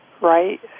right